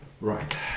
Right